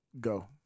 go